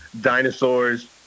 dinosaurs